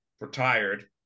retired